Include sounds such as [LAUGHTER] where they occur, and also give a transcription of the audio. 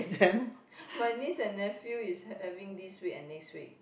[BREATH] my niece and nephew is having this week and next week